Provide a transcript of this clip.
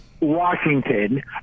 Washington